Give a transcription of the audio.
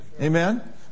Amen